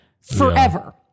forever